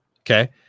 Okay